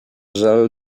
żel